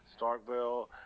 Starkville